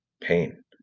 pain